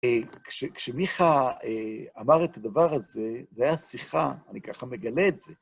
כשמיכה אמר את הדבר הזה, זה היה שיחה, אני ככה מגלה את זה.